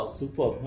super